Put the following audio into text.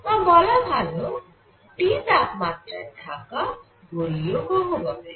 বা বলা ভালো T তাপমাত্রায় থাকা গোলীয় গহ্বরের